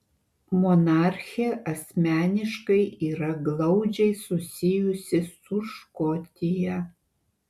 monarchė asmeniškai yra glaudžiai susijusi su škotija